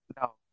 No